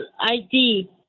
ID